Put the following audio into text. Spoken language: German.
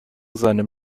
seinem